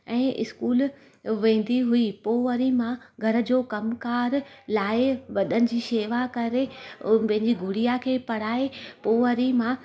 ऐं स्कूल वेंदी हुई पोइ वरी मां घर जो कमकार लाइ वॾनि जी शेवा करें पंहिंजी गुड़िया खें पढ़ाए करे पोइ वरी मां